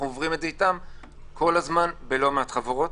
אנחנו עוברים את זה כל הזמן בלא מעט חברות.